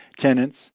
tenants